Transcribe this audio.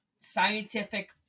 scientific